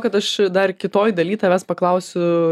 kad aš dar kitoj daly tavęs paklausiu